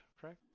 correct